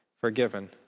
Forgiven